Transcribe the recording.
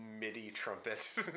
midi-trumpet